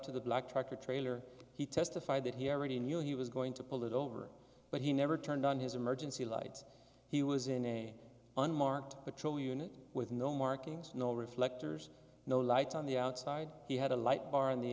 to the black tractor trailer he testified that he already knew he was going to pull it over but he never turned on his emergency lights he was in an unmarked patrol unit with no markings no reflectors no lights on the outside he had a light bar on the